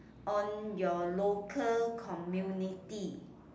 on your local community